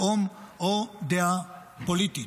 לאום או דעה פוליטית,